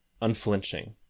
unflinching